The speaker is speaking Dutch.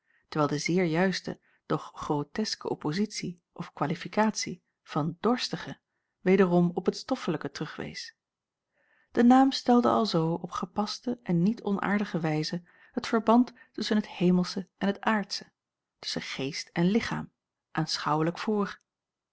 terwijl de zeer juiste doch groteske oppositie of qualificatie van dorstige wederom op het stoffelijke terugwees de naam stelde alzoo op gepaste en niet onaardige wijze het verband tusschen het hemelsche en het aardsche tusschen geest en lichaam aanschouwelijk voor